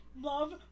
love